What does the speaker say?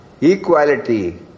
equality